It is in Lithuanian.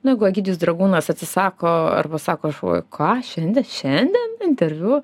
na jeigu egidijus dragūnas atsisako arba sako šou ką šiandien šiandien interviu